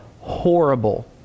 horrible